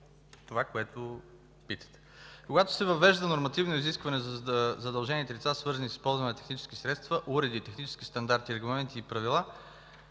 Това е, което питате. Когато се въвежда нормативно изискване за задължените лица, свързано с използване на технически средства – уреди, технически стандарти, регламенти и правила,